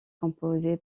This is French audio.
composée